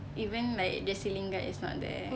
even like jesse lingard is not there